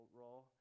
role